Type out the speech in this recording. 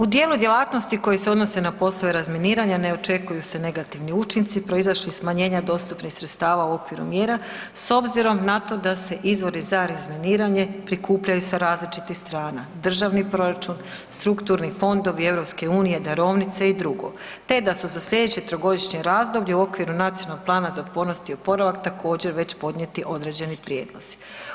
U djelu djelatnosti koji se odnose na poslove razminiranja ne očekuju se negativni učinci proizašli iz smanjenja dostupnih sredstava u okviru mjera s obzirom na to da se izvori za razminiranje prikupljaju sa različitih strana, državni proračun, strukturni fondovi EU, darovnice i dr., te da su za slijedeće trogodišnje razdoblje u okviru nacionalnog plana za otpornost i oporavak također već podnijeti određeni prijedlozi.